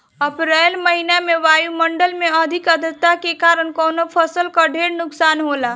अप्रैल महिना में वायु मंडल में अधिक आद्रता के कारण कवने फसल क ढेर नुकसान होला?